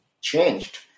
changed